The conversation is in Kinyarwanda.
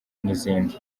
n’izindi